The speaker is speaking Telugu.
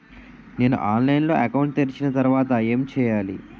నేను ఆన్లైన్ లో అకౌంట్ తెరిచిన తర్వాత ఏం చేయాలి?